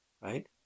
right